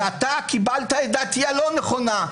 ואתה קיבלת את דעתי הלא נכונה.